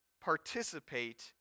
participate